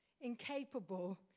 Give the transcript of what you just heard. incapable